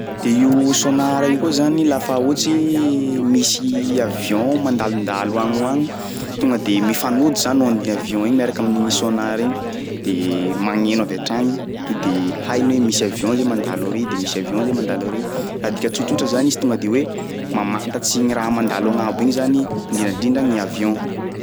De io sonara io koa zany lafa ohatsy misy avion mandalondalo agny ho agny tonga de mifanojo zany onde-ny avion igny miaraka amin'igny sonar igny de magneno avy hatragny to de hainy hoe misy avion zay mandalo ary de misy avion zay mandalo ary, raha adika tsotsotra zany izy tonga de hoe mamantatsy gny raha mandalo agnambo igny zany i indrindrandrindra gny avion.